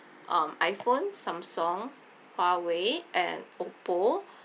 um iphone samsung huawei and oppo